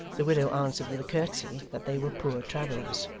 the widow answered with a curtsey, that they were poor travellers.